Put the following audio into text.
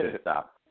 stop